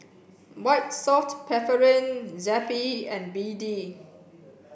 White Soft Paraffin Zappy and B D